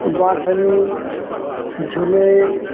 ଗର୍ସେମି ଝୁଲେର୍